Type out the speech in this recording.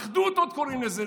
אחדות, עוד קוראים לזה.